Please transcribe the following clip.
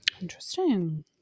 Interesting